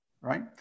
right